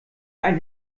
ein